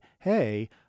hey